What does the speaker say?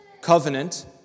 covenant